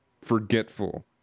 forgetful